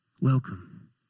Welcome